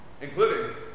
including